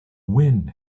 wind